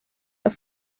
are